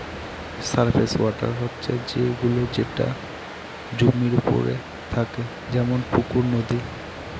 surface water হচ্ছে সে গুলো যেটা জমির ওপরে থাকে যেমন পুকুর, নদী